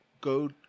go